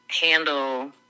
handle